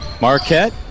Marquette